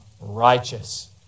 righteous